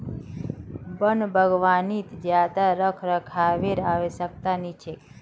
वन बागवानीत ज्यादा रखरखावेर आवश्यकता नी छेक